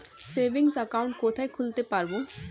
Savings account কোথায় খুলতে পারব?